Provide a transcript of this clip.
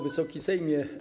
Wysoki Sejmie!